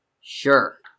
Sure